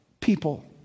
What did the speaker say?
people